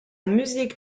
musique